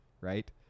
right